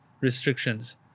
restrictions